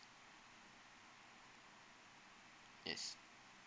yes